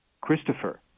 Christopher